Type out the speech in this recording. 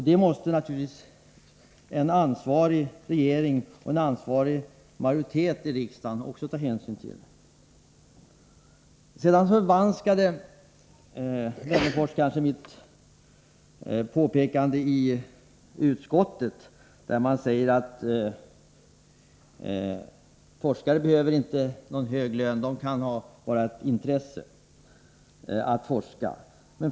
Det är något som en ansvarig regering och en ansvarig riksdagsmajoritet också måste ta hänsyn till. Alf Wennerfors förvanskade sedan mitt påpekande i utskottet och menade att jag skulle ha sagt att forskare inte behövde hög lön, utan att de forskade enbart av intresse.